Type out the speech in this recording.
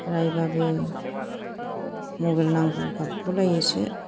रायबाबो mobile नांगौ गाबगुलायोसो